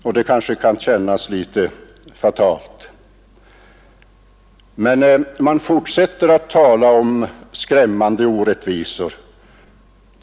Därför fortsätter man trots den här överenskommelsen att tala om skrämmande orättvisor.